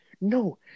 No